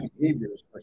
behaviors